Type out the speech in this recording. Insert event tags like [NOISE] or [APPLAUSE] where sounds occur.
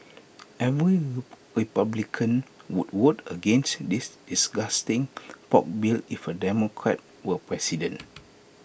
every [UNINTELLIGIBLE] republican would vote against this disgusting pork bill if A Democrat were president